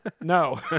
No